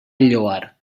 lloar